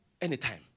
Anytime